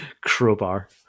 Crowbar